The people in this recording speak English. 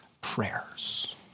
prayers